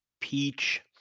peach